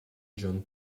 john